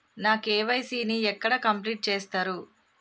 నా కే.వై.సీ ని ఎక్కడ కంప్లీట్ చేస్తరు?